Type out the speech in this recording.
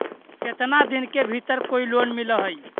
केतना दिन के भीतर कोइ लोन मिल हइ?